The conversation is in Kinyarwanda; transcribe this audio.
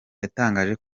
yatangaje